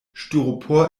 styropor